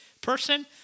person